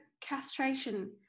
castration